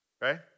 right